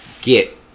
get